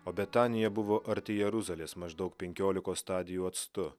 o betanija buvo arti jeruzalės maždaug penkiolikos stadijų atstu